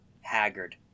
haggard